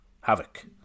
Havoc